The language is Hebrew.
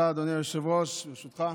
אולי הנועז והרדיקלי ביותר במבנה העת החדשה.